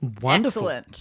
Wonderful